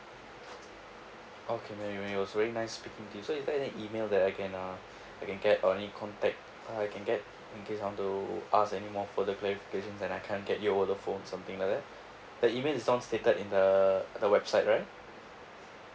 okay mary mary it was very nice speaking to you so is there any email that I can uh I can get or any contact I can get in case I want to ask any more further clarifications and I can't get you over the phone something like that the email is the [one] stated in the the website right